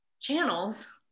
channels